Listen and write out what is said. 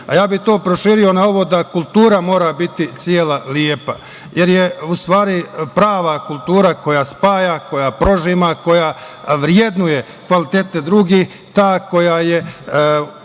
a ja bih to proširio na ovo da kultura mora biti cela lepa, jer je u stvari prava kultura koja spaja, koja prožima, koja vrednuje kvalitete drugih, ta koja je